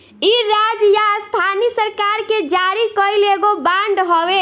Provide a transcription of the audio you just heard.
इ राज्य या स्थानीय सरकार के जारी कईल एगो बांड हवे